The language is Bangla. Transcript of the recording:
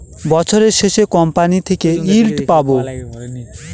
বছরের শেষে কোম্পানি থেকে ইল্ড পাবো